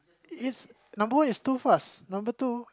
is number one is too fast number two